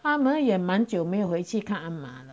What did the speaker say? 他们也蛮久没回去看阿妈了